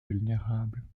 vulnérables